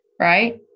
right